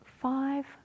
five